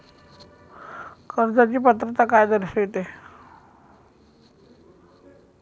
कर्जाची पात्रता काय दर्शविते?